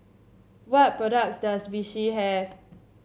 what products does Vichy have